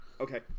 Okay